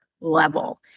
level